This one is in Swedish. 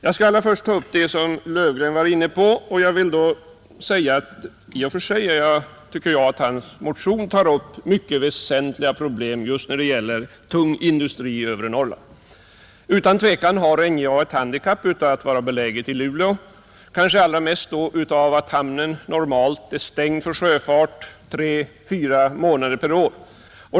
Jag skall först ta upp det som herr Löfgren var inne på, I och för sig tycker jag att hans motion tar upp mycket väsentliga problem just när det gäller den tunga industrin i övre Norrland, Utan tvivel har NJA ett handikapp utav att vara beläget i Luleå, kanske allra mest på grund av att hamnen normalt är stängd för sjöfarten tre fyra månader per år.